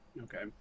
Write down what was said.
okay